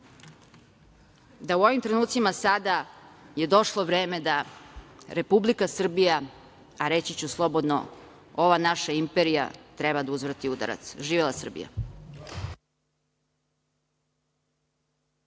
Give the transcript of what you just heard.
da u ovim trenucima sada je došlo vreme da Republika Srbija, a reći ću slobodno ova naša imperija, treba da uzvrati udarac. Živela Srbija!